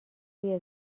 روی